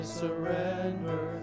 surrender